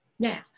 Now